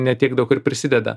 ne tiek daug ir prisideda